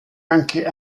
anche